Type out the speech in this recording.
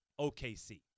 OKC